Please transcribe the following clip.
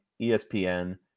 ESPN